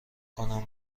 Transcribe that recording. کنم